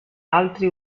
altri